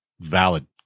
valid